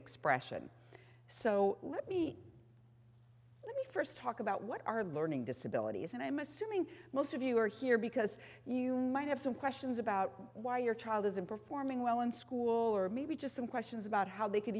expression so let me let me first talk about what our learning disabilities and i'm assuming most of you are here because you might have some questions about why your child isn't performing well in school or maybe just some questions about how they could